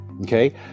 okay